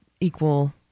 equal